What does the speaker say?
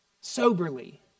soberly